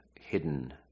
hidden